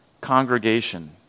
congregation